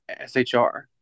SHR